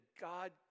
God